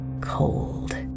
cold